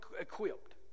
equipped